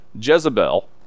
Jezebel